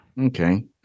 okay